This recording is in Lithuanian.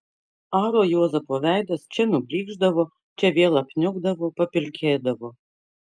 aro juozapo veidas čia nublykšdavo čia vėl apniukdavo papilkėdavo